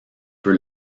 peu